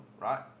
right